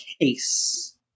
case